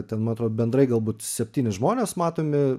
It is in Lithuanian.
ten man atrodo bendrai galbūt septyni žmonės matomi